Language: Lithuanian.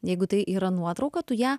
jeigu tai yra nuotrauka tu ją